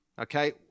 Okay